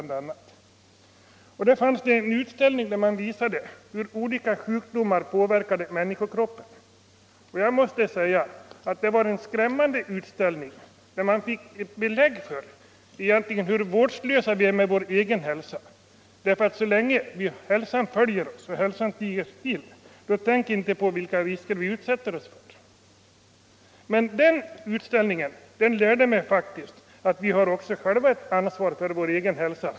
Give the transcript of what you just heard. Där fanns en utställning, där man visade hur olika sjukdomar påverkar människokroppen. Jag måste säga att det var en skrämmande utställning, där man fick belägg för hur vårdslösa vi är med vår egen hälsa. Så länge hälsan står oss bi och tiger still tänker vi inte på vilka risker vi utsätter oss för. Den utställningen blev en allvarlig påminnelse om att vi också själva har ett ansvar för vår egen hälsa.